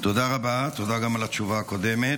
תודה רבה, תודה גם על התשובה הקודמת.